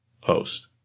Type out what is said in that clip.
post